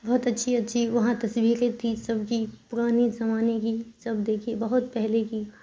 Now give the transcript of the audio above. بہت اچھی اچھی وہاں تصویریں تھی سب کی پرانی زمانے کی سب دیکھی بہت پہلے کی